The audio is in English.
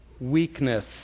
weakness